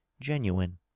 genuine